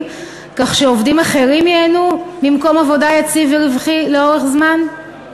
כך שעובדים אחרים ייהנו ממקום עבודה יציב ורווחי לאורך זמן?